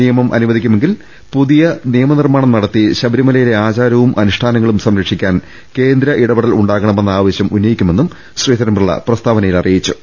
നിയമം അനുവദിക്കുമെങ്കിൽ പുതിയ നിയമ നിർമ്മാണം നടത്തി ശബരിമലയിലെ ആചാരവും അനുഷ്ഠാ നങ്ങളും സംരക്ഷിക്കാൻ കേന്ദ്ര ഇടപെടൽ ഉണ്ടാകണമെന്ന ആവശ്യം ഉന്നയിക്കുമെന്നും ശ്രീധരൻ പിള്ള പ്രസ്താവനയിൽ അറിയിച്ചു